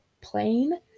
plane